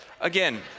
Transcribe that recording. again